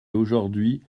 aujourd’hui